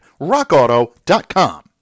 RockAuto.com